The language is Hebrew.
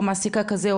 או מעסיקה כזה,